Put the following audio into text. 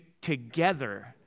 together